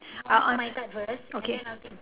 I'll answer okay